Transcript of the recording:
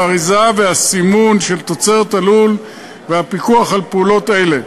האריזה והסימון של תוצרת הלול והפיקוח על פעולות אלה.